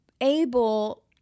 able